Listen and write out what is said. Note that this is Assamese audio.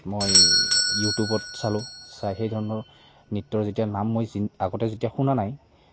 মই ইউটিউবত চালোঁ চাই সেই ধৰণৰ নৃত্যৰ যেতিয়া নাম মই আগতে যেতিয়া শুনা নাই